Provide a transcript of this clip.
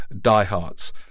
diehards